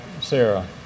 sarah